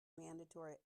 mandatory